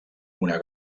una